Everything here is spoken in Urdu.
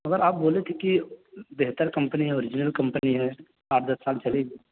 مگر آپ بولے تھے کہ بہتر کمپنی ہے اورینجنل کمپنی ہے آٹھ دس سال چلے گی